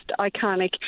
iconic